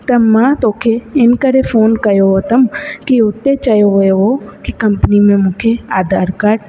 त मां तोखे इन करे फोन कयो अथऊं की हुते चयो वियो हुओ की कंपनी में खे आधार काड